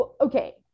okay